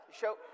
show